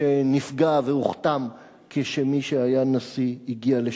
שנפגע והוכתם כשמי שהיה נשיא הגיע לשם.